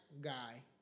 guy